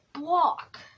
block